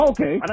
Okay